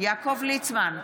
יעקב ליצמן,